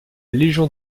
légion